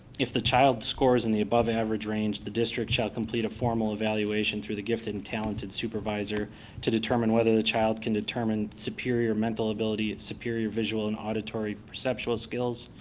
if the child scores in the above average range, the district shall complete a formal evaluation to the gifted and talented supervisor to determine whether the child can determine superior mental ability, superior visual and auditory perceptual skills,